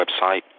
website